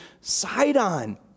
Sidon